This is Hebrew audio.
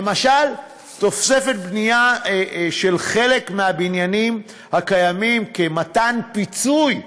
למשל תוספת בנייה על חלק מהבניינים הקיימים כפיצוי לבעלים,